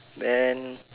then